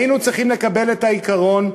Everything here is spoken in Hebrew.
היינו צריכים לקבל את העיקרון,